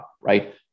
right